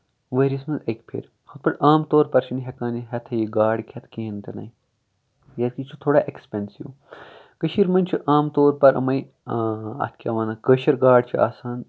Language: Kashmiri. ؤریَس منٛز اکہِ پھِرۍ ہُتھ پٲٹھۍ عام طور پر چھِ نہٕ ہٮ۪کان یہِ ہٮ۪تھٕے یہِ گاڈ کھٮ۪تھ کِہینۍ تہِ نَے کیازِکہِ یہِ چھُ تھوڑا اٮ۪کٔسپینسو کٔشیٖر منٛز چھِ عام طور پر یِمے اَتھ کیاہ وَنان کٲشِر گاڈ چھِ آسان